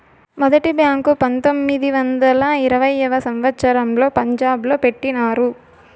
మొదటి బ్యాంకు పంతొమ్మిది వందల ఇరవైయవ సంవచ్చరంలో పంజాబ్ లో పెట్టినారు